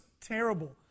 terrible